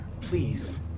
please